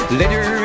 later